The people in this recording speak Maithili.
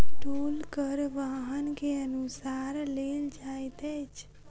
टोल कर वाहन के अनुसार लेल जाइत अछि